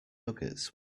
nuggets